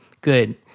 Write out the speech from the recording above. good